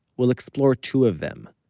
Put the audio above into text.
we'll explore two of them.